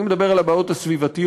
אני מדבר על הבעיות הסביבתיות.